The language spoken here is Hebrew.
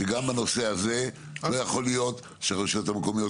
שגם הנושא הזה לא יכול להיות שהרשויות המקומיות,